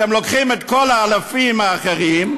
אתם לוקחים את כל האלפים האחרים,